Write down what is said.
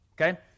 Okay